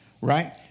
right